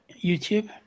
youtube